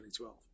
2012